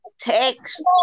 text